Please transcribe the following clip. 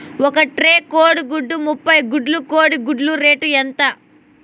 ఒక ట్రే కోడిగుడ్లు ముప్పై గుడ్లు కోడి గుడ్ల రేటు ఎంత?